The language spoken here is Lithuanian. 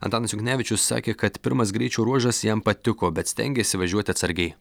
antanas juknevičius sakė kad pirmas greičio ruožas jam patiko bet stengėsi važiuoti atsargiai